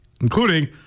including